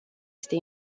este